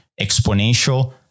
exponential